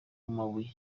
ibuye